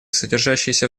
содержащиеся